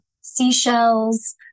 seashells